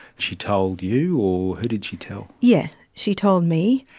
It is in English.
she told you, or who did she tell? yeah, she told me.